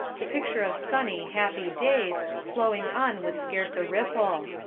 the picture of sunny, happy days, flowing on with scarce a ripple.